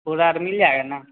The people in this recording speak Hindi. पूरा मिल जाएगा